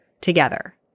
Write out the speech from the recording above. together